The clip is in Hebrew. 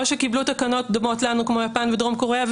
או שקיבלו את תקנות דומות לנו כמו יפן ודרום קוריאה,